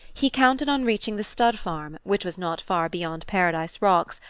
he counted on reaching the stud-farm, which was not far beyond paradise rocks,